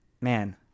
man